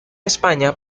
españa